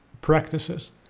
...practices